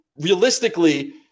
realistically